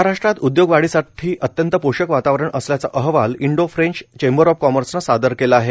महाराष्ट्रात उद्योग वाढीसाठी अंत्यत पोषक वातावरण असल्याचा अहवाल इंडो ं च चेंबर ऑ कार्मसने सादर केला आहे